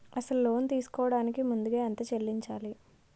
అసలు లోన్ తీసుకోడానికి ముందుగా ఎంత చెల్లించాలి?